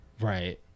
right